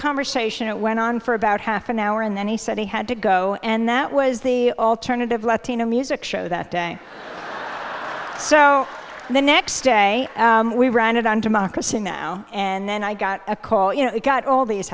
conversation that went on for about half an hour and then he said he had to go and that was the alternative latino music show that day so the next day we ran it on democracy now and then i got a call you know it got all these